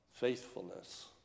faithfulness